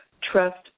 trust